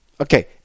Okay